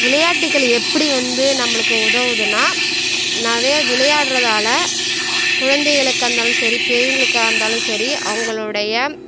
விளையாட்டுகள் எப்படி வந்து நம்மளுக்கு உதவுதுனால் நிறையா விளையாடுறதால குழந்தைகளுக்காக இருந்தாலும் சரி பெரியவங்களுக்காக இருந்தாலும் சரி அவங்களுடைய